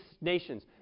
nations